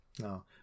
no